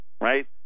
right